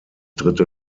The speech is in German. dritte